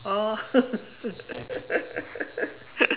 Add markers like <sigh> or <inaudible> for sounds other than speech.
oh <laughs>